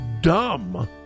dumb